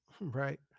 right